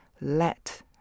Let